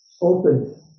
open